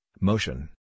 motion